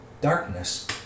darkness